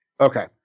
Okay